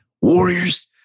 Warriors